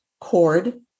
cord